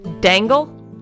dangle